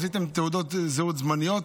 עשיתם תעודות זהות זמניות.